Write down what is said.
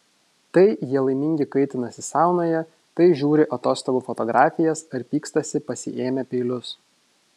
tai jie laimingi kaitinasi saunoje tai žiūri atostogų fotografijas ar pykstasi pasiėmę peilius